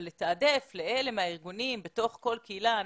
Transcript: אבל לתעדף לאלה מהארגונים בתוך כל קהילה,